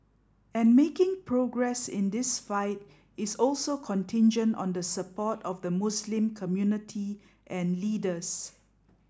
and making progress in this fight is also contingent on the support of the Muslim community and leaders